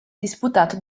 disputato